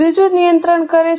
ત્રીજું નિયંત્રણ કરે છે